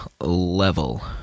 level